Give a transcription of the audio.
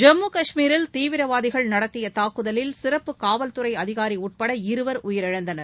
ஜம்மு காஷ்மீரில் தீவிரவாதிகள் நடத்திய தாக்குதலில் சிறப்பு காவல் துறை அதிகாரி உட்பட இருவர் உயிரிழந்தனர்